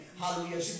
hallelujah